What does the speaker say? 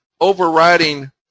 overriding